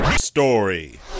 Story